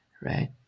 right